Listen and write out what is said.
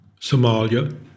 Somalia